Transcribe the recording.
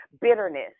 bitterness